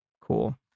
cool